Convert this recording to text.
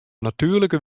natuerlike